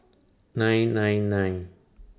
nine nine nine